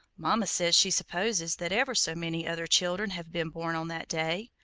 mama says she supposes that ever so many other children have been born on that day.